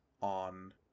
on